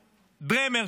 דרמר,